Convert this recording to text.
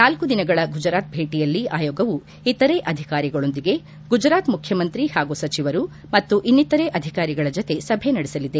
ನಾಲ್ಲು ದಿನಗಳ ಗುಜರಾತ್ ಭೇಟಿಯಲ್ಲಿ ಆಯೋಗವು ಇತರೆ ಅಧಿಕಾರಿಗಳೊಂದಿಗೆ ಗುಜರಾತ್ ಮುಖ್ಯಮಂತ್ರಿ ಹಾಗೂ ಸಚಿವರು ಮತ್ತ ಇನ್ನಿತರೆ ಅಧಿಕಾರಿಗಳ ಜತೆ ಸಭೆ ನಡೆಸಲಿದೆ